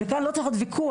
וכאן לא צריך להיות ויכוח.